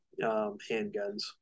handguns